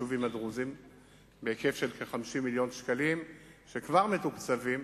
ביישובים הדרוזיים בהיקף של כ-50 מיליון שקלים שכבר מתוקצבים.